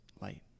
light